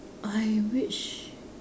I wish